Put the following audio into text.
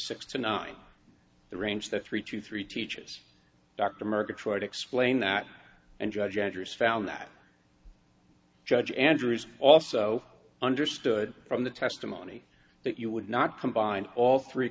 six to nine the range that three to three teaches dr mirka try to explain that and judge answers found that judge andrews also understood from the testimony that you would not combine all three